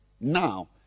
now